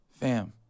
fam